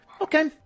okay